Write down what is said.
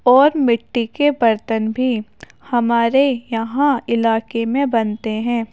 اور مٹی کے برتن بھی ہمارے یہاں علاقے میں بنتے ہیں